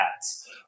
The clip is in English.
ads